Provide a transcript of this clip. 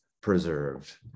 preserved